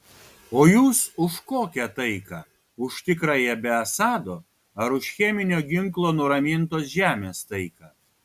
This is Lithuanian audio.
o jūs už kokią taiką už tikrąją be assado ar už cheminio ginklo nuramintos žemės taiką